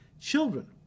children